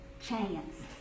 chance